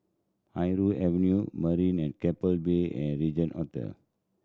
Irau Avenue Marina at Keppel Bay and Regin Hotel